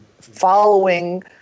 following